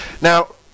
Now